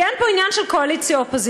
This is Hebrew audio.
כי אין פה עניין של קואליציה אופוזיציה,